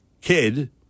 kid